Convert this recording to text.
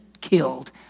killed